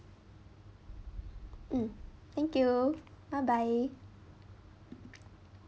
mm thank you bye bye